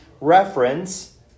reference